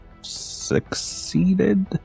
succeeded